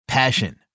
Passion